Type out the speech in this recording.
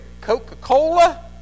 Coca-Cola